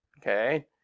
okay